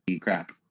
crap